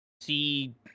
see